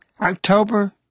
October